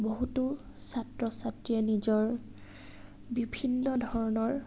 বহুতো ছাত্ৰ ছাত্ৰীয়ে নিজৰ বিভিন্ন ধৰণৰ